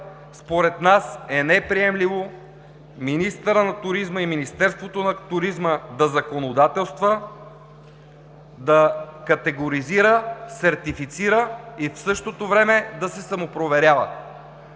според нас е неприемливо министърът на туризма и Министерството на туризма да законодателства, да категоризира, сертифицира и в същото време да се самопроверява.